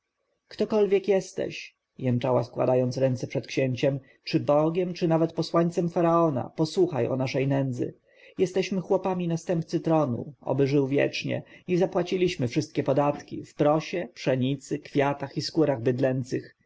ktokolwiek jesteś jęczała składając ręce przed księciem czy bogiem czy nawet posłańcem faraona posłuchaj o naszej nędzy jesteśmy chłopami następcy tronu oby żył wiecznie i zapłaciliśmy wszystkie podatki w prosie pszenicy kwiatach i skórach bydlęcych